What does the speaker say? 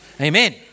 Amen